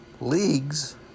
leagues